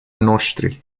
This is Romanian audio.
noștri